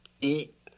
eat